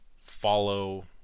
follow